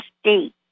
state